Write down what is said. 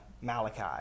Malachi